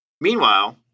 Meanwhile